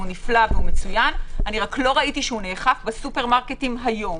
אבל לא ראיתי שהוא נאכף בסופרמרקטים היום.